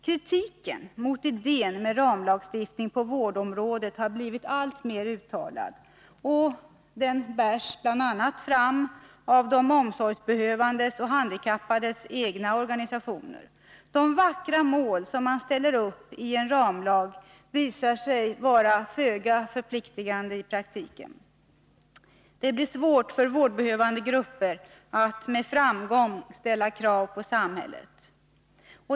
Kritiken mot idén med ramlagstiftning på vårdområdet har blivit alltmer uttalad, och den bärs fram av bl.a. de omsorgsbehövandes och handikappades egna organisationer. De vackra mål som man ställer upp i ramlagen visar sig föga förpliktande i praktiken. Det blir svårt för vårdbehövande grupper att med framgång ställa krav på samhället.